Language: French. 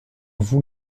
vous